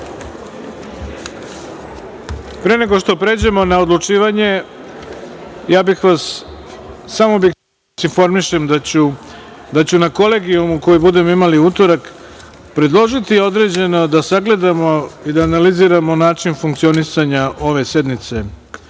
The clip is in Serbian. nego što pređemo na odlučivanje, samo da vas informišem da ću na Kolegijumu, koji budemo imali u utorak, predložiti da sagledamo i da analiziramo način funkcionisanja ove sednice